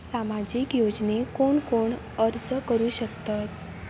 सामाजिक योजनेक कोण कोण अर्ज करू शकतत?